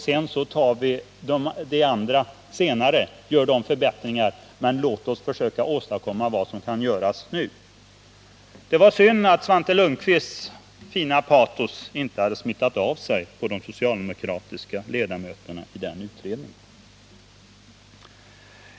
Sedan gör vi andra förbättringar, men låt oss försöka åstadkomma vad som kan göras nu. Det var synd att Svante Lundkvists fina patos inte hade smittat av sig på de socialdemokratiska ledamöterna i utredningen.